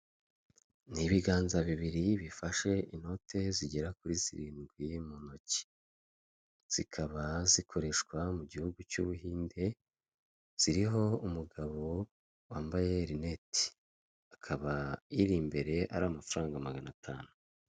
Ni ibiganza bibiri bifashe inote zigera kuri zirindwi mu ntoki, zikaba zikoreshwa mu gihugu cy' ubuhinde, ziriho umugabo wambaye rinete, akaba iri imbere ari amafaranga magana atanu.